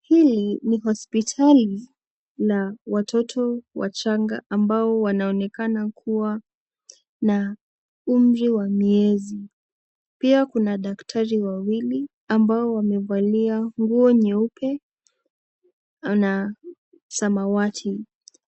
Hili ni hospitali la watoto wachanga ambao wanaonekana kuwa na umri wa miezi. Pia kuna daktari wawili ambao wamevalia nguo nyeupe na samawati.